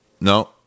No